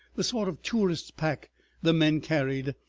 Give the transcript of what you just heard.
the sort of tourist's pack the men carried,